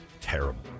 Terrible